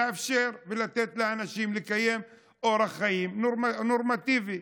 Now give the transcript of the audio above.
לאפשר ולתת לאנשים לקיים אורח חיים נורמטיבי.